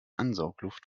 ansaugluft